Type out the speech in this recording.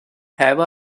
have